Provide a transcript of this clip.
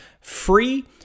free